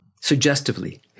suggestively